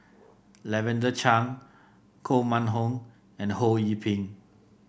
Lavender Chang Koh Mun Hong and Ho Yee Ping